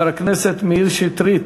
חבר הכנסת מאיר שטרית,